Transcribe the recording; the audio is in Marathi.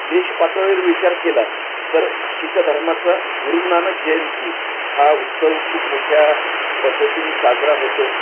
देश पातळीवर विचार केला तर शीख धर्माचा गुरुनानक जयंती हा उत्सव खूप मोठ्या पद्धतीने साजरा होतो